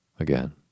Again